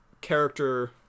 character